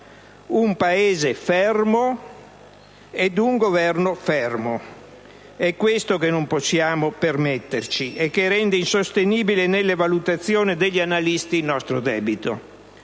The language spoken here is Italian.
Un Paese fermo ed un Governo fermo: è questo che non possiamo permetterci e che rende insostenibile nelle valutazioni degli analisti il nostro debito.